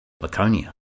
Laconia